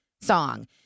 song